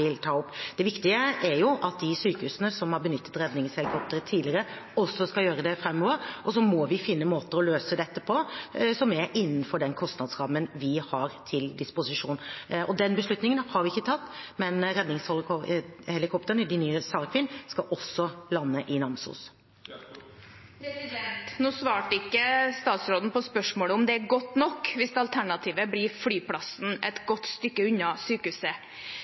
vil ta opp. Det viktige er jo at de sykehusene som har benyttet redningshelikoptre tidligere, også skal gjøre det framover, og så må vi finne måter å løse dette på som er innenfor den kostnadsrammen vi har til disposisjon. Den beslutningen har vi ikke tatt, men redningshelikoptrene, de nye «SAR Queen», skal også lande i Namsos. Nå svarte ikke statsråden på spørsmålet om det er godt nok hvis alternativet blir flyplassen et godt stykke unna sykehuset.